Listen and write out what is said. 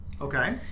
Okay